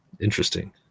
interesting